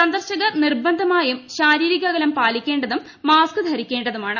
സന്ദർശകർ നിർബന്ധമായും ശാരീരിക അകലം പാലിക്കേണ്ടതും മാസ്ക് ധരിക്കേണ്ടതുമാണ്